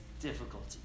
difficulty